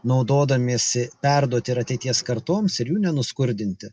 naudodamiesi perduoti ir ateities kartoms ir jų nenuskurdinti